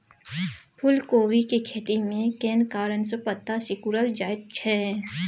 फूलकोबी के खेती में केना कारण से पत्ता सिकुरल जाईत छै?